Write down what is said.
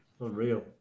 Unreal